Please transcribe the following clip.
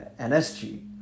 NSG